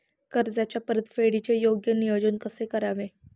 कर्जाच्या परतफेडीचे योग्य नियोजन कसे करावे?